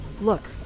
Look